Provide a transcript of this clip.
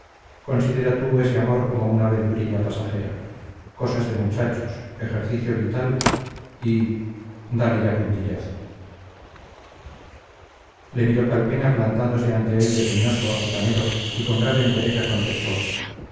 considera tú ese amor como una aventurilla pasajera cosas de muchachos ejercicio vital y dale ya puntillazo le miró calpena plantándose ante él desdeñoso altanero y con grave entereza contestó